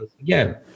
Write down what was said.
again